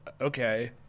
okay